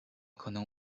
可能